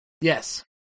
Yes